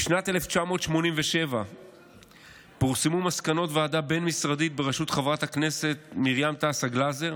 בשנת 1987 פורסמו מסקנות ועדה בין-משרדית בראשות חברת הכנסת מרים גלזר